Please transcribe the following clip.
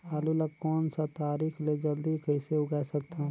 आलू ला कोन सा तरीका ले जल्दी कइसे उगाय सकथन?